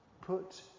put